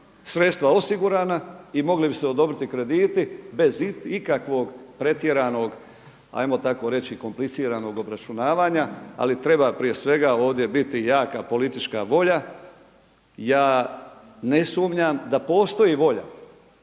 sredstva osigurana i mogli bi se odobriti krediti bez ikakvog pretjeranog ajmo tako reći kompliciranog obračunavanja ali treba prije svega ovdje biti jaka politička volja. Ja ne sumnjam da postoji volja